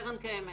קרן קיימת,